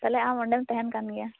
ᱛᱟᱦᱚᱞᱮ ᱟᱢ ᱚᱸᱰᱮᱢ ᱛᱟᱦᱮᱱ ᱠᱟᱱ ᱜᱮᱭᱟ